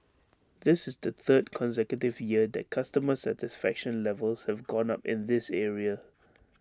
this is the third consecutive year that customer satisfaction levels have gone up in this area